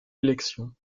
élections